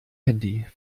handy